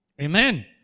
Amen